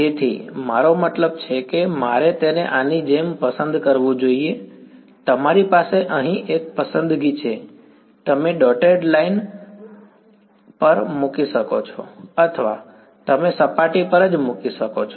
તેથી મારો મતલબ છે કે મારે તેને આની જેમ પસંદ કરવું જોઈએ તમારી પાસે અહીં એક પસંદગી છે તમે ડોટેડ લાઇન વાયરની અક્ષ પર મૂકી શકો છો અથવા તમે સપાટી પર જ મૂકી શકો છો